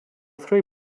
three